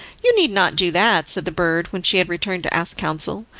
you need not do that, said the bird, when she had returned to ask counsel.